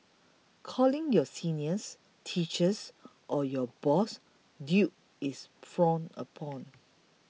calling your seniors teachers or your boss dude is frowned upon